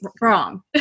wrong